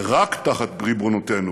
ורק תחת ריבונותנו